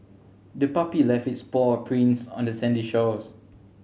the puppy left its paw prints on the sandy shore